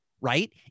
right